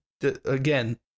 again